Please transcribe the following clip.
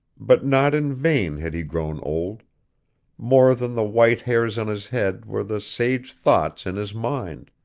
but not in vain had he grown old more than the white hairs on his head were the sage thoughts in his mind